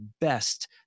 best